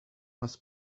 must